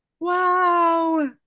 wow